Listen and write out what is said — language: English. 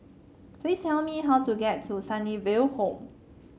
please tell me how to get to Sunnyville Home